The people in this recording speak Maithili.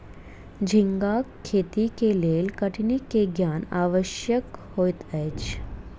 झींगाक खेती के लेल कठिनी के ज्ञान आवश्यक होइत अछि